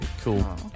Cool